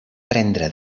prendre